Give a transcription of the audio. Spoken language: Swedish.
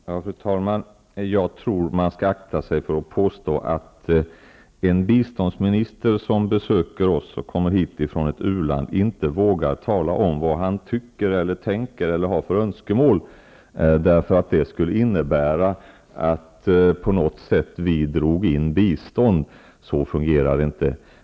Fru talman! Jag tror att man skall akta sig för att påstå att en biståndsminister som kommer från ett u-land och besöker oss inte vågar tala om vad han tycker och tänker eller vad han har för önskemål av den orsaken att vi i så fall skulle dra in biståndet. Så fungerar det inte.